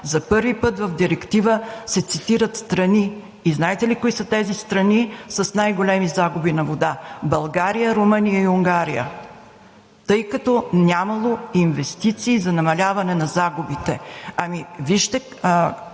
за първи път в директива се цитират страни. И знаете ли кои са тези страни с най-големи загуби на вода? България, Румъния и Унгария, тъй като нямало инвестиции за намаляване на загубите. Ами вижте